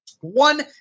one